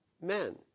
men